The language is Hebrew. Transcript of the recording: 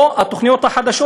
או התוכניות החדשות,